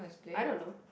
I don't know